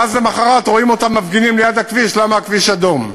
ואז למחרת רואים אותם מפגינים ליד הכביש למה הכביש אדום.